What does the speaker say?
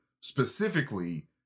specifically